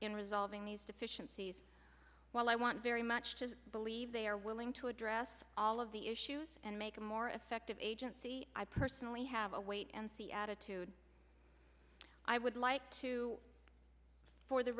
in resolving these deficiencies while i want very much to believe they are willing to address all of the issues and make a more effective agency i personally have a wait and see attitude i would like to for the